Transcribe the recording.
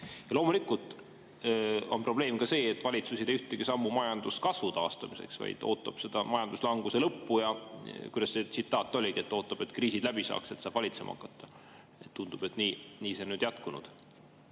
Loomulikult on probleem ka selles, et valitsus ei tee ühtegi sammu majanduskasvu taastamiseks, vaid ootab majanduslanguse lõppu ja – kuidas see tsitaat oligi? – ootab, et kriisid läbi saaksid, et saaks valitsema hakata. Tundub, et nii on see nüüd jätkunud.